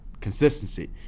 consistency